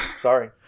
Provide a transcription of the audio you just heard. Sorry